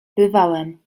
bywałem